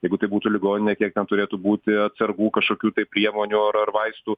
jeigu tai būtų ligoninė kiek ten turėtų būti atsargų kažkokių tai priemonių ar ar vaistų